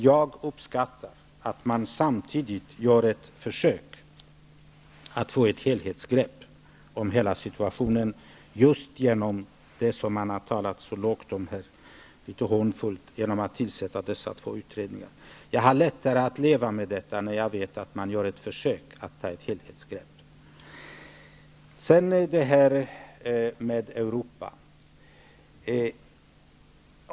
Jag uppskattar att regeringen samtidigt gör ett försök att få ett helhetsgrepp om hela situationen -- som det har talats så hånfullt om här -- just genom att tillsätta dessa två utredningar. Jag har lättare att leva med situationen, när jag vet att det görs ett försök att få ett helhetsgrepp. Sedan har vi Europa.